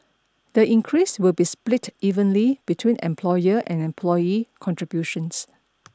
the increase will be split evenly between employer and employee contributions